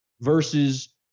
versus